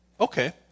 Okay